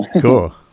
Cool